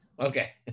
Okay